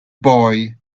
boy